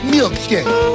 Milkshake